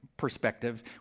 perspective